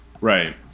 right